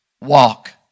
walk